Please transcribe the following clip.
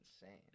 insane